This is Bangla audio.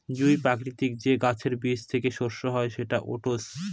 জুঁই প্রকৃতির যে গাছের বীজ থেকে শস্য হয় সেটা ওটস